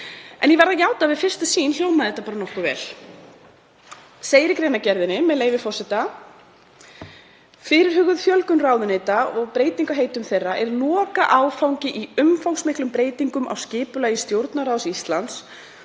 en ég verð að játa að við fyrstu sýn hljómar þetta bara nokkuð vel. Í greinargerðinni segir, með leyfi forseta: „Fyrirhuguð fjölgun ráðuneyta og breyting á heitum þeirra er lokaáfangi í umfangsmiklum breytingum á skipulagi Stjórnarráðs Íslands